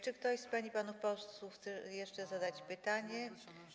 Czy ktoś z pań i panów posłów chce jeszcze zadać pytanie?